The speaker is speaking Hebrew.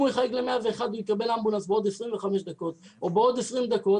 אם הוא יחייג ל-101 הוא יקבל אמבולנס בעוד 25 דקות או בעוד 20 דקות,